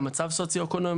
גם מצב סוציואקונומי,